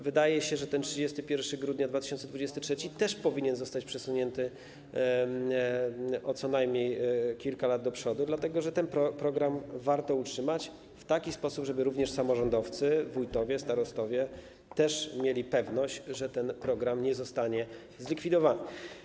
Wydaje się, że ten termin 31 grudnia 2023 r. też powinien zostać przesunięty o co najmniej kilka lat do przodu, dlatego że ten program warto utrzymać w taki sposób, żeby również samorządowcy, wójtowie, starostowie mieli pewność, że ten program nie zostanie zlikwidowany.